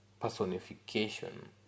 personification